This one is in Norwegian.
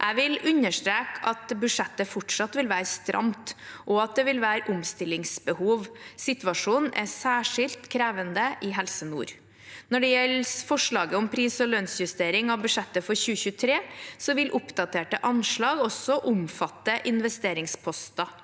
Jeg vil understreke at budsjettet fortsatt vil være stramt, og at det vil være omstillingsbehov. Situasjonen er særskilt krevende i Helse Nord. Når det gjelder forslaget om pris- og lønnsjustering av budsjettet for 2023, vil oppdaterte anslag også omfat te investeringsposter.